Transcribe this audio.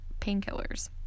painkillers